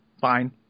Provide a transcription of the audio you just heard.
fine